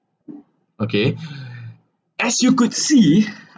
okay as you could see